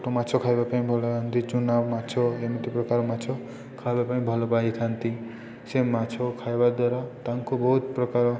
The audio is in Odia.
ଛୋଟ ମାଛ ଖାଇବା ପାଇଁ ଭଲ ପାଆନ୍ତି ଚୁନା ମାଛ ଏମିତି ପ୍ରକାର ମାଛ ଖାଇବା ପାଇଁ ଭଲ ପାଇଥାନ୍ତି ସେ ମାଛ ଖାଇବା ଦ୍ୱାରା ତାଙ୍କୁ ବହୁତ ପ୍ରକାର